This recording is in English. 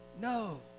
No